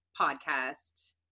podcast